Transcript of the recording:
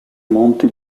monti